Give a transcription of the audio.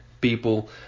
people